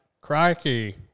crikey